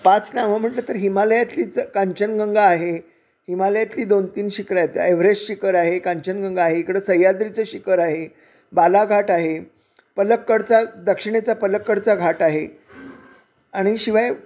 पाच नावं म्हटलं तर हिमालयातलीच काचनगंगा आहे हिमालयातली दोन तीन शिखरं आहे एव्हरेस्ट शिखर आहे काचनगंगा आहे इकडं सह्याद्रीचं शिखर आहे बालाघाट आहे पलक्कडचा दक्षिणेचा पलक्कडचा घाट आहे आणि शिवाय